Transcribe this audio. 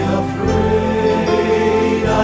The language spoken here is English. afraid